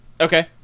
okay